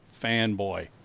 fanboy